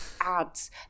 ads